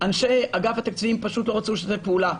אנשי אגף התקציבים פשוט לא רצו לשתף פעולה.